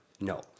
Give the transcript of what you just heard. No